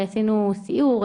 ועשינו סיור,